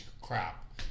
crap